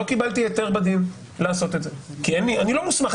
לא קיבלתי היתר בדין לעשות את זה כי אני לא מוסמך,